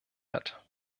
hat